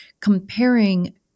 comparing